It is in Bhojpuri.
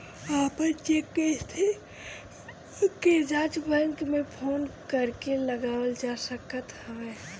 अपन चेक के स्थिति के जाँच बैंक में फोन करके लगावल जा सकत हवे